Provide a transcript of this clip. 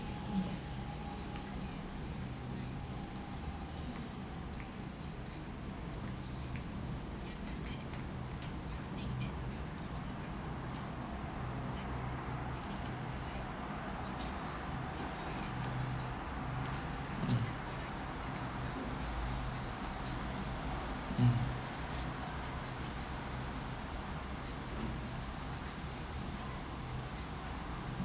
mm mm